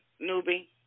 newbie